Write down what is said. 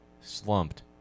slumped